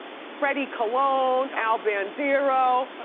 freddy colon, al bandiero,